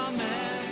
Amen